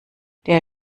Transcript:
der